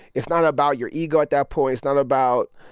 it's not about your ego at that point. it's not about,